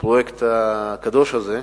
בפרויקט הקדוש הזה,